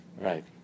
right